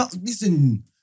listen